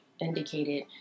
indicated